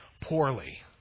poorly